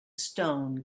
stone